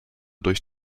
durch